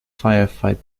firefight